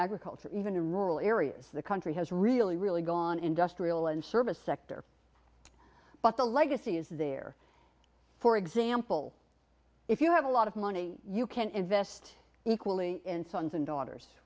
agriculture even in rural areas the country has really really gone industrial and service sector but the legacy is there for example if you have a lot of money you can invest equally in sons and daughters